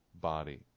body